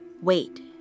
Wait